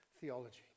theology